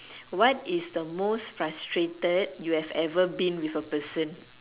what is the most frustrated you have ever been with a person